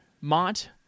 Mont